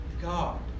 God